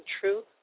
truth